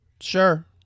Sure